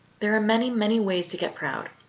there are many, many ways to get proud.